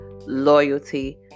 loyalty